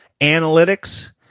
Analytics